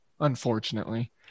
unfortunately